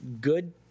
good